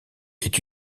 est